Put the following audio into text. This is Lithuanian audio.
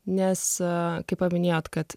nes kaip paminėjot kad